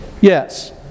Yes